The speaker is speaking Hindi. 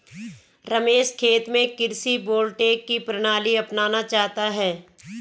रमेश खेत में कृषि वोल्टेइक की प्रणाली अपनाना चाहता है